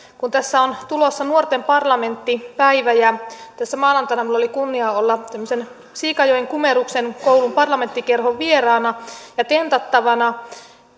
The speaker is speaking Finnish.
kun tässä on tulossa nuorten parlamentti päivä tässä maanantaina minulla oli kunnia olla tämmöisen siikajoen gumeruksen koulun parlamenttikerhon vieraana ja tentattavana